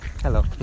Hello